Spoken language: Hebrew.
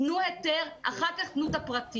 תנו היתר ואחר כך תנו את הפרטים.